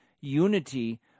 unity